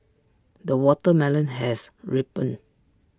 the watermelon has ripened